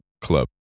club